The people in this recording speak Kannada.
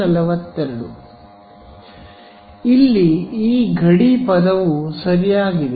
ಇಲ್ಲಿ ಈ ಗಡಿ ಪದವು ಸರಿಯಾಗಿದೆ